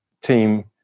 team